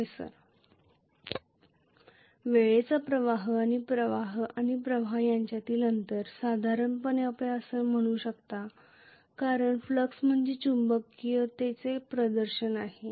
professor वेळ स्थिर आणि करंट आणि फ्लक्स आणि प्रवाह यांच्यातील अंतर साधारणपणे आपण असे म्हणू शकता कारण फ्लक्स म्हणजे चुंबकीयतेचे प्रदर्शन आहे